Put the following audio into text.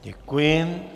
Děkuji.